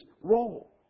role